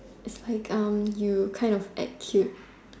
its like erm you kind of act cute